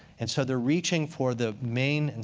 and so they're reaching for the main, and